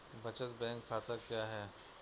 बचत बैंक खाता क्या है?